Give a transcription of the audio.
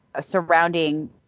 surrounding